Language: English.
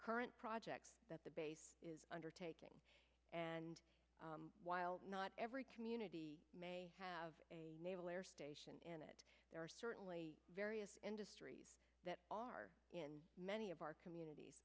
current projects that the base is undertaking and while not every community may have a naval air station in it there are certainly various industries that are in many of our communities